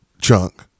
chunk